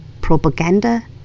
propaganda